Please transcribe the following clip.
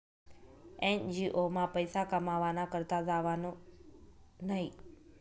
NGO मा पैसा कमावाना करता जावानं न्हयी